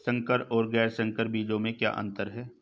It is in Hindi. संकर और गैर संकर बीजों में क्या अंतर है?